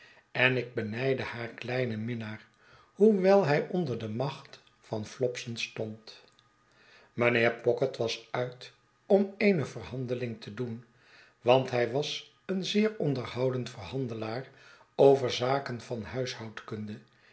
en ik beriijdde haar kleinen minnaar hoewel hij onder de macht van flopson stond mijnheer pocket was uit om eene verhandeling te doen want hij was een zeer onderhoudend verhandelaar over zaken van huishoudkunde